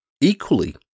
Equally